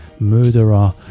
Murderer